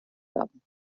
werden